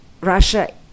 Russia